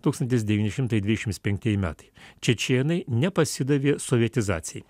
tūkstantis devyni šimtai dvidešims penktieji metai čečėnai nepasidavė sovietizacijai